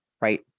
right